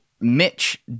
Mitch